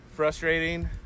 frustrating